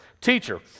Teacher